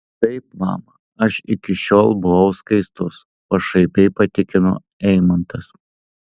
taip mama aš iki šiol buvau skaistus pašaipiai patikino eimantas